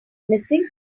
missing